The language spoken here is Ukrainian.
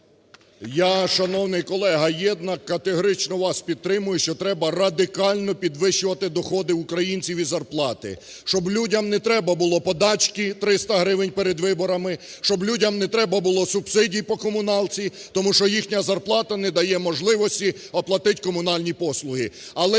Я, шановний колега Єднак, категорично вас підтримую, що треба радикально підвищувати доходи українців і зарплати, щоб людям не треба були подачки 300 гривень перед виборами, щоб людям не треба було субсидій по комуналці, тому що їхня зарплата не дає можливості оплатити комунальні послуги.